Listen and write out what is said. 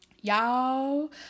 Y'all